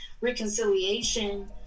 reconciliation